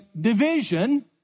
division